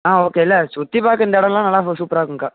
ஆ okay இல்லை சுற்றி பார்க்க இந்த இடம்லாம் நல்லா சூப்பராக இருக்கும்க்கா